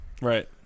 Right